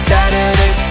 Saturday